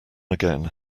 again